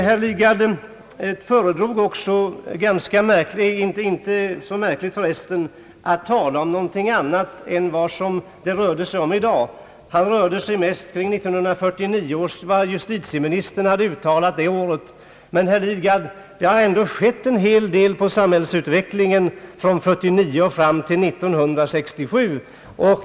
Herr Lidgard föredrog, helt naturligt, att tala om någonting annat än det i dag gäller — han uppehöll sig mest vid det som justitieministern hade yttrat 1949. Men, herr Lidgard, det har ändå skett en hel del på samhällsutvecklingens område från 1949 fram till 1967.